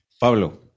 Pablo